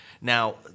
Now